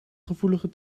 gevoelige